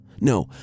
No